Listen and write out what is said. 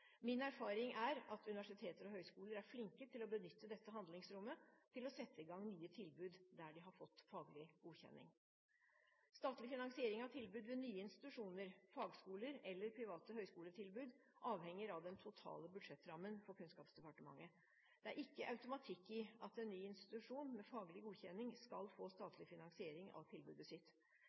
Min erfaring er at universiteter og høyskoler er flinke til å benytte dette handlingsrommet til å sette i gang nye tilbud der de har fått faglig godkjenning. Statlig finansiering av tilbud ved nye institusjoner – fagskoler eller private høyskoletilbud – avhenger av den totale budsjettrammen for Kunnskapsdepartementet. Det er ikke automatikk i at en ny institusjon med faglig godkjenning skal få statlig finansiering av tilbudet sitt.